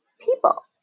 people